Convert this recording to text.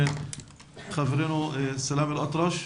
חברנו סלאם אל אטרש.